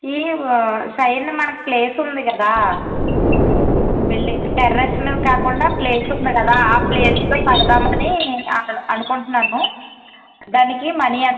ఈ సైడ్లో మనకి ప్లేస్ ఉంది కదా బిల్డింగ్ టెర్రస్ మీద కాకుండా ప్లేస్ ఉంది కదా ఆ ప్లేస్లో కడదామని అనుకుంటున్నాను దానికి మనీ ఎంత